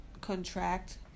contract